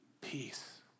peace